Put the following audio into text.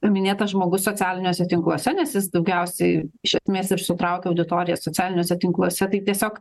minėtas žmogus socialiniuose tinkluose nes jis daugiausiai iš esmės ir sutraukia auditoriją socialiniuose tinkluose tai tiesiog